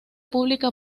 pública